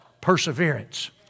perseverance